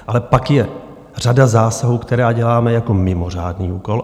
Ale pak je řada zásahů, které děláme jako mimořádný úkol.